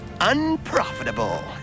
unprofitable